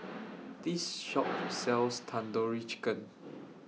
This Shop sells Tandoori Chicken